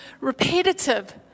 repetitive